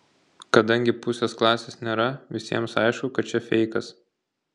kadangi pusės klasės nėra visiems aišku kad čia feikas